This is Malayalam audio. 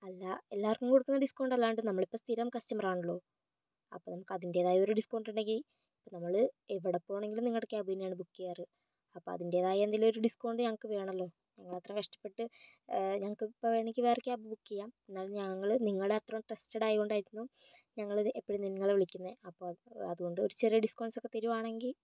അല്ല എല്ലാർക്കും കൊടുക്കുന്ന ഡിസ്കൗണ്ട് അല്ലാണ്ട് നമ്മളിപ്പോ സ്ഥിരം കസ്റ്റമർ ആണല്ലോ അപ്പൊൾ നമുക്ക് അതിൻ്റെതായ ഒരു ഡിസ്കൗണ്ട് ഉണ്ടെങ്കിൽ ഇപ്പം നമ്മള് എവിടെ പോകണമെങ്കിലും നിങ്ങളുടെ ക്യാബ് തന്നെയാണ് ബുക്ക് ചെയ്യാറ് അപ്പൊൾ അതിൻ്റെതായ എന്തെങ്കിലും ഒരു ഡിസ്കൗണ്ട് ഞങ്ങൾക്ക് വേണമല്ലോ നമ്മൾ അത്രേം കഷ്ടപ്പെട്ട് ഞങ്ങൾക്ക് ഇപ്പൊൾ വേണമെങ്കിൽ വേറെ ക്യാബ് ബുക്ക് ചെയ്യാം എന്നാലും ഞങ്ങള് നിങ്ങളെ അത്രേം ട്രസ്റ്റഡ് ആയത്കൊണ്ടായിരിക്കും ഞങ്ങളത് എപ്പഴും നിങ്ങളെ വിളിക്കുന്നത് അപ്പൊൾ അതിൻ്റെ ഒരു ചെറിയ ഡിസ്കൗണ്ട്സ് ഒക്കെ തരുവാണെങ്കിൽ